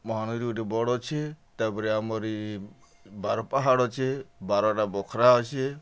ମହାନଦୀ ଗୋଟେ ବଡ଼୍ ଅଛି ତା'ପରେ ଆମର୍ ଇ ବାର୍ ପାହାଡ଼ ଅଛେ ବାରଟା ବଖରା ଅଛେ